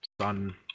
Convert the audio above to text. Sun